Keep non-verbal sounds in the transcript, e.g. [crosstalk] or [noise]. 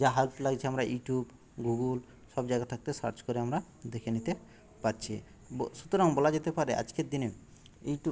যা [unintelligible] আমরা YouTube Google সব জায়গা থেকে সার্চ করে আমরা দেখে নিতে পারছি [unintelligible] সুতরাং বলা যেতে পারে আজকের দিনে ইউটিউব